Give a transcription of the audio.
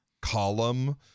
column